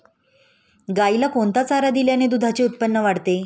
गाईला कोणता चारा दिल्याने दुधाचे उत्पन्न वाढते?